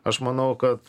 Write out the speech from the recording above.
aš manau kad